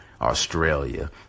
Australia